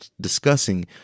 discussing